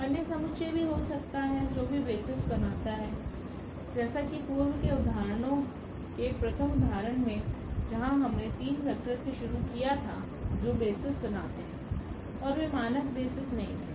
अन्य समुच्चय भी हो सकता हैं जो भी बेसिस बनाता हो जैसा की पूर्व के उदाहरणों के प्रथम उदाहरण में जहाँ हमने 3 वेक्टर से शुरू किया था जो बेसिस बनाते हैं और वे मानक बेसिस नहीं थे